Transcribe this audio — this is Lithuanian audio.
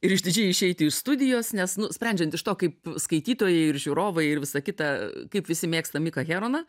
ir išdidžiai išeiti iš studijos nes nu sprendžiant iš to kaip skaitytojai ir žiūrovai ir visa kita kaip visi mėgsta miką heroną